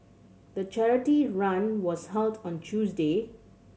the charity run was held on Tuesday